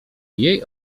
jej